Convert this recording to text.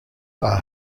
are